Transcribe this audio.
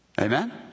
Amen